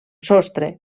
sostre